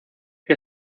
que